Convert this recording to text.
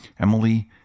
Emily